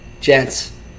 Gents